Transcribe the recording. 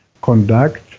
conduct